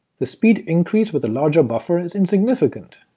the speed increase with a larger buffer is insignificant,